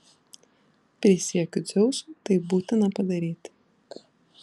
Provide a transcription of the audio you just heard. prisiekiu dzeusu tai būtina padaryti